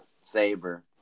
saber